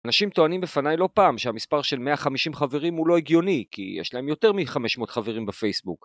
אנשים טוענים בפניי לא פעם שהמספר של 150 חברים הוא לא הגיוני, כי יש להם יותר מ־500 חברים בפייסבוק.